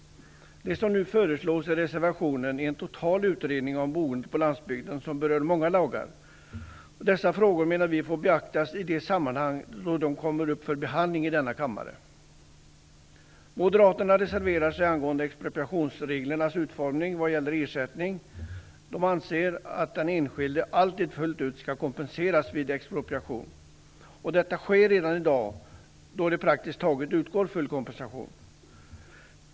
Det som nu föreslås i reservationen är en total utredning om boende på landsbygden som berör många lagar. Dessa frågor får, menar vi, beaktas i samband med att de kommer upp till behandling i denna kammare. Moderaterna reserverar sig angående expropriationsreglernas utformning vad gäller ersättning. De anser att den enskilde alltid fullt ut skall kompenseras vid expropriation. Detta sker redan i dag, då det praktiskt taget utgår full kompensation.